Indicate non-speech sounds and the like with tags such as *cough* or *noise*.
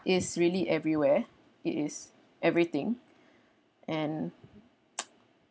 is really everywhere it is everything and *noise*